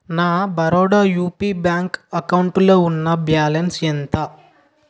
నా Baroda UP bank అకౌంటులో ఉన్న బ్యాలెన్స్ ఎంత